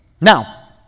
Now